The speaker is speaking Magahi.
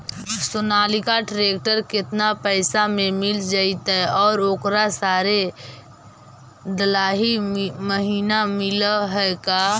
सोनालिका ट्रेक्टर केतना पैसा में मिल जइतै और ओकरा सारे डलाहि महिना मिलअ है का?